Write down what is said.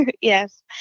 Yes